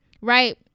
right